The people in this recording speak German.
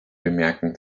bemerken